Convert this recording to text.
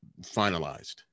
finalized